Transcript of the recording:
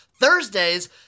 Thursdays